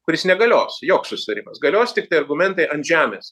kuris negalios joks susitarimas galios tiktai argumentai ant žemės